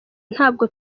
ntabwo